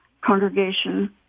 congregation